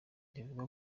rivuga